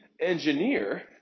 engineer